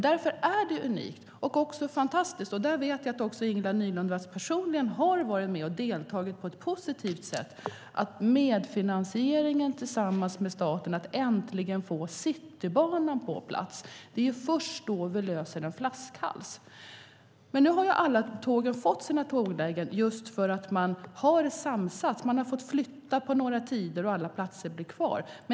Därför är det både unikt och fantastiskt - och där vet jag att också Ingela Nylund Watz har varit med och deltagit på ett positivt sätt - med medfinansieringen tillsammans med staten och att äntligen få Citybanan på plats. Det är först då vi löser en flaskhals. Nu har alla tågen fått sina tåglägen just för att man har samsats; man har fått flytta på några tider, och alla platser blir kvar.